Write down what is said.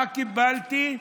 מה קיבלתי?